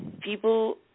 People